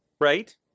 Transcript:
right